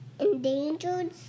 Endangered